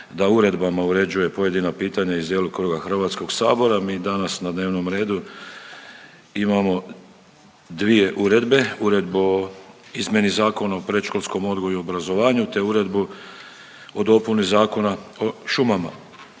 da uredbama uređuje pojedina pitanja iz djelokruga HS-a mi danas na dnevnom redu imamo dvije uredbe, Uredbu o izmjeni Zakona o predškolskom odgoju i obrazovanju te Uredbu o dopuni Zakona o šumama.